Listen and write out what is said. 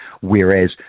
whereas